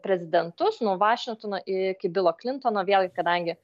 prezidentus nuo vašingtono iki bilo klintono vėlgi kadangi